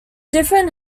different